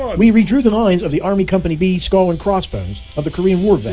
weary drew the lines of the army company b skull and crossbones of the korean war